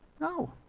No